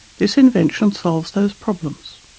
this invention solves those problems.